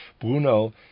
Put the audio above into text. Bruno